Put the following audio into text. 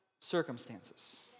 circumstances